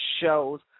shows